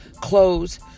clothes